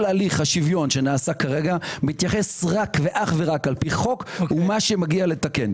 כל הליך השוויון שנעשה כרגע מתייחס רק לפי חוק ומה שמגיע לתקן.